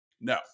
No